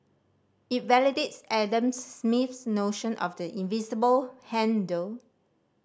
it validates Adam Smith's notion of the invisible hand though